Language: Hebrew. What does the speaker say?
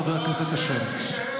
חבר הכנסת אשר.